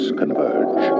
converge